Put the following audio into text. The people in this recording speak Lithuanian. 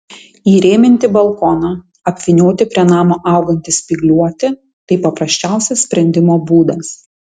įrėminti balkoną apvynioti prie namo augantį spygliuotį tai paprasčiausias sprendimo būdas